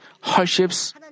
hardships